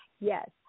yes